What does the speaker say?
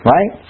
Right